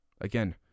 Again